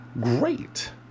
great